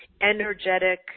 energetic